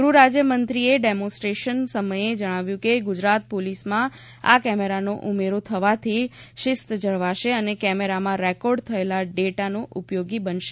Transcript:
ગૃહ રાજ્યમંત્રીએ ડેમોન્નેરેદીશન સમયે જણાવ્યું કે ગુજરાત પોલીસમાં આ કેમેરાનો ઉમેરો થવાથી શિસ્ત જળવાશે અને કેમેરામાં રેકોર્ડ થયેલો ડેટા ઉપયોગી બનશે